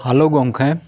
hello ᱜᱚᱢᱠᱮ